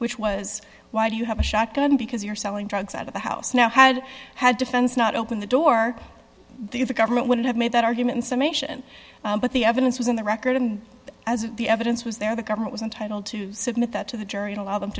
which was why do you have a shotgun because you're selling drugs out of the house now had had defense not open the door to the government would have made that argument summation but the evidence was in the record and as the evidence was there the government was entitled to submit that to the jury allow them